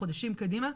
חודשים קדימה,